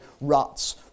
ruts